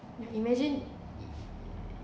yeah imagine